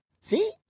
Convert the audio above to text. See